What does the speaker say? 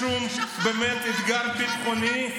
שכחת מה זה ביטחון מדינת ישראל.